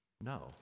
No